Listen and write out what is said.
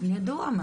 זה ידוע מה